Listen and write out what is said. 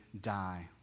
die